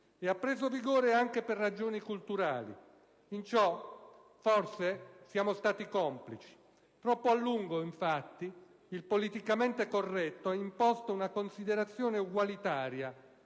ha preso vigore anche per ragioni culturali ed in ciò forse siamo stati complici. Troppo a lungo, infatti, il "politicamente corretto" ha imposto una considerazione ugualitaria